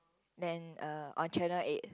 then uh on channel eight